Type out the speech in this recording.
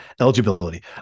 eligibility